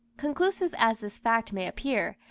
conclusive as this fact may appear,